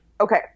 Okay